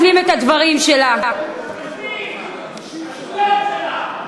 הן לא יושבות מפני שיש חסמים בחברה הישראלית,